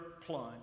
plunge